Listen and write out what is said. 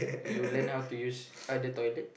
you learn how to use other toilets